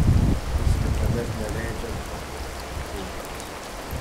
jis niekuomet neleidžia žmogui džiaugtis